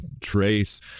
trace